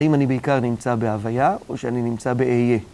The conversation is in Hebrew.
אם אני בעיקר נמצא בהוויה, או שאני נמצא באהיה.